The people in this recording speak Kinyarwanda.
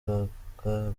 bavugaga